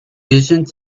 isn’t